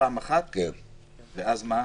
ואז מה?